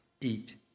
eat